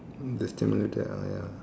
the simulated ah ya lah